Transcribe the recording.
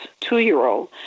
two-year-old